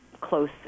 close